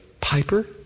Piper